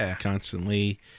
constantly